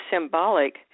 symbolic